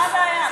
מה הבעיה?